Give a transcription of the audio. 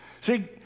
see